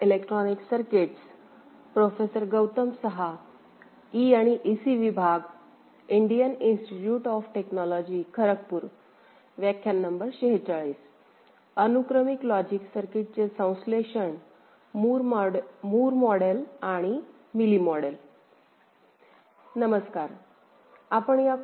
आपण या कोर्सच्या १० व्या आठवड्यात आहोत